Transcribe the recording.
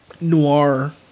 noir